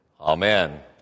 Amen